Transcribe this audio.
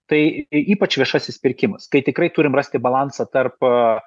tai ypač viešasis pirkimas kai tikrai turim rasti balansą tarp a